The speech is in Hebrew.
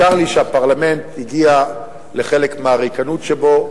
צר לי שהפרלמנט הגיע לחלק מהריקנות שבו.